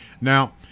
Now